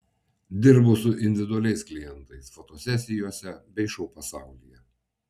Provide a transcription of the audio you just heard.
dirbu su individualiais klientais fotosesijose bei šou pasaulyje